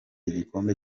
igikombe